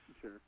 Sure